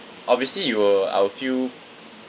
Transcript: obviously you will I'll feel